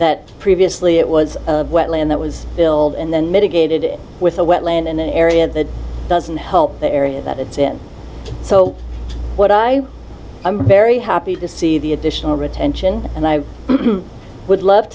that previously it was a wetland that was built and then mitigated it with a wetland an area that doesn't help the area that it's in so what i i'm very happy to see the additional attention and i would love